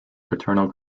paternal